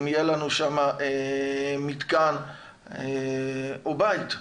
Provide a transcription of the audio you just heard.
אם יהיה לנו שם מתקן או בית,